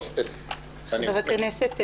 חבר הכנסת פורר,